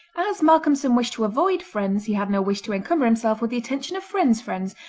as malcolmson wished to avoid friends he had no wish to encumber himself with the attention of friends' friends,